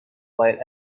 while